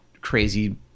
crazy